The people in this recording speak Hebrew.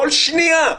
כל שנייה.